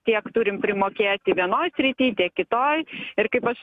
tiek turim primokėti vienoj srityj tiek kitoj ir kaip aš